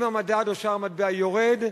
אם המדד, או שער המטבע יורד,